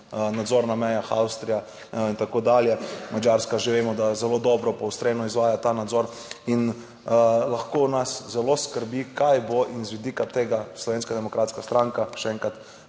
nadzor na mejah, Avstrija in tako dalje. Madžarska že vemo, da zelo dobro, poostreno izvaja ta nadzor. In lahko nas zelo skrbi kaj bo in z vidika tega Slovenska demokratska stranka še enkrat